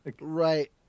Right